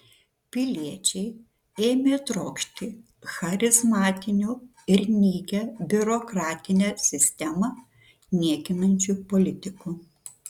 piliečiai ėmė trokšti charizmatinių ir nykią biurokratinę sistemą niekinančių politikų